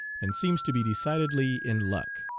and seems to be decidedly in luck.